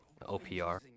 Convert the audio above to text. OPR